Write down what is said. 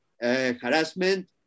harassment